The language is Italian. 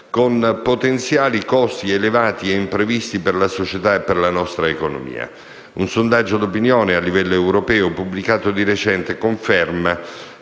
con potenziali costi elevati e imprevisti per la società e per la nostra economia. Un sondaggio d'opinione a livello europeo, pubblicato di recente, conferma